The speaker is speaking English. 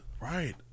Right